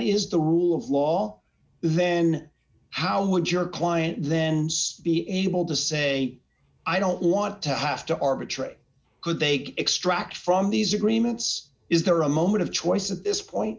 is the rule of law then how would your client then speak evil to say i don't want to have to arbitrate could take extracts from these agreements is there a moment of choice at this point